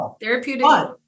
therapeutic